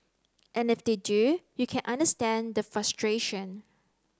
and if they do you can understand the frustration